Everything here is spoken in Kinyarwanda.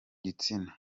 gitsina